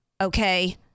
Okay